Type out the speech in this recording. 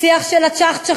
שיח של ה"צ'חצ'חים",